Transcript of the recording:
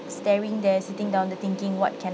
staring there sitting down thinking what can